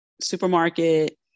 supermarket